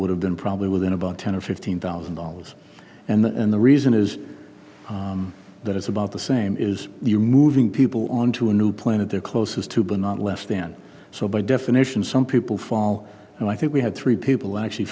would have been probably within about ten or fifteen thousand dollars and the reason is that it's about the same is you moving people onto a new planet they are closest to but not less then so by definition some people fall and i think we have three people actually